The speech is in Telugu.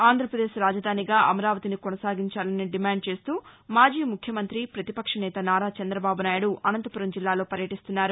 ఆంధ్రప్రదేశ్ రాజధానిగా అమరావతిని కొనసాగించాలని డిమాండ్ చేస్తూ మాజీ ముఖ్యమంతి ప్రతిపక్ష నేత నారా చంద్రబాబు నాయుడు అనంతపురం జిల్లాలో పర్యటీస్తున్నారు